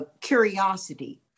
curiosity